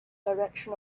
direction